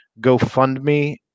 GoFundMe